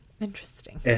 Interesting